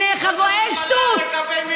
ראש הממשלה מקבל מיליונים, אין שטות.